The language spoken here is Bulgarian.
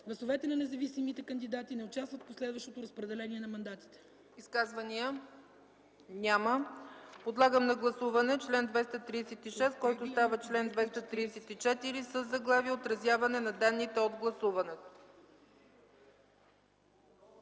Гласовете на независимите кандидати не участват в последващото разпределение на мандатите.” ПРЕДСЕДАТЕЛ ЦЕЦКА ЦАЧЕВА: Изказвания? Няма. Подлагам на гласуване чл. 236, който става чл. 234 със заглавие „Отразяване на данните от гласуването”.